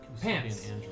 pants